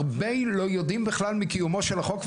הרבה לא יודעים בכלל מקיומו של החוק,